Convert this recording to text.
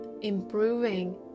improving